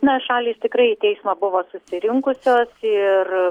na šalys tikrai į teismą buvo susirinkusios ir